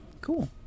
cool